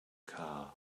car